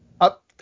Up